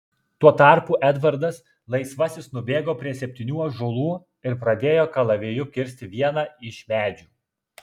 tuo tarpu edvardas laisvasis nubėgo prie septynių ąžuolų ir pradėjo kalaviju kirsti vieną iš medžių